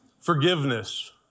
Forgiveness